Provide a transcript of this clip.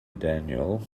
daniel